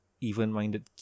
even-minded